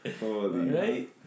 Right